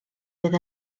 fydd